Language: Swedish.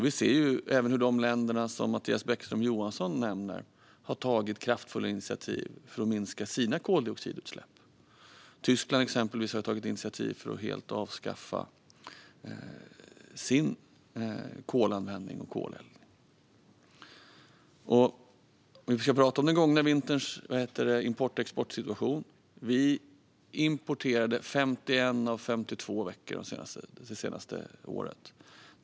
Vi ser att de länder som Mattias Bäckström Johansson har nämnt har tagit kraftfulla initiativ för att minska sina koldioxidutsläpp. Till exempel har Tyskland tagit initiativ för att helt avskaffa sin kolanvändning och koleldning. Låt oss se på den gångna vinterns import och exportsituation. Sverige exporterade el 51 av 52 veckor det senaste året.